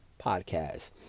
podcast